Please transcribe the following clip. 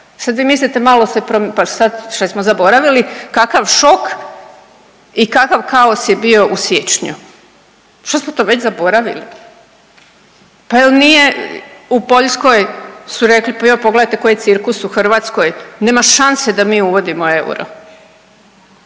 sad vi mislite malo se pro…, pa sad, šta smo zaboravili kakav šok i kakav kaos je bio u siječnju, što smo to već zaboravili? Pa jel nije, u Poljskoj su rekli, pa joj pogledajte koji je cirkus u Hrvatskoj, nema šanse da mi uvodimo euro,